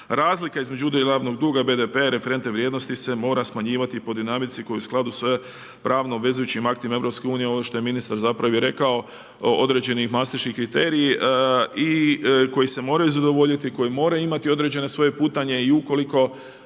razlika između udjela javnog duga i BDP-a i referentne vrijednosti se mora smanjivati po dinamici koja je u skladu sa pravno obvezujućim aktima EU, ovo što je ministar zapravo i rekao, određeni …/Govornik se ne razumije./… i koji se moraju zadovoljiti, koji moraju imati određene svoje putanje i ukoliko